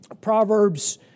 Proverbs